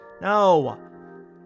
No